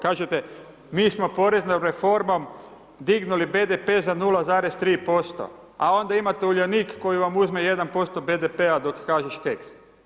Kažete mi smo poreznom reformom dignuli BDP za 0,3% a onda imate Uljanik koji vam uzme 1% BDP-a dok kažeš keks.